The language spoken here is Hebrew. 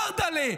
דרדל'ה,